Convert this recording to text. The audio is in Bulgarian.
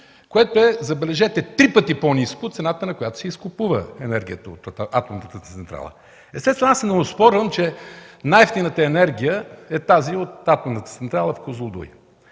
което е, забележете, три пъти по-ниско от цената, на която се изкупува енергията от атомната централа. Естествено, не оспорвам, че най-евтината енергия е от атомната централа в Козлодуй.